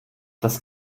das